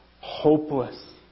hopeless